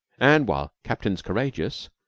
and while captains courageous,